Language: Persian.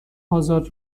آزاد